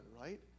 right